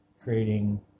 creating